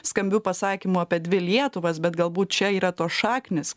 skambiu pasakymu apie dvi lietuvas bet galbūt čia yra tos šaknys